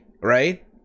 right